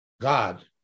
God